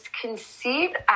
conceived